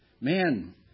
Man